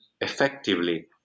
effectively